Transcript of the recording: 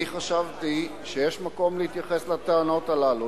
אני חשבתי שיש מקום להתייחס לטענות האלה.